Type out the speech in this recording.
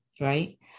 right